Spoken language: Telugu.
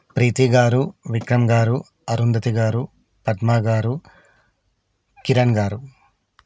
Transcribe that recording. ప్రీతి గారు విక్రమ్ గారు అరుంధతి గారు పద్మా గారు కిరణ్ గారు